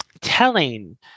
telling